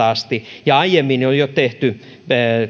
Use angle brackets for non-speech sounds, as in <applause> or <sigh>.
<unintelligible> asti ja aiemmin on jo tehty